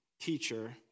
teacher